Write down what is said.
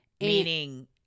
Meaning